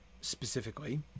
specifically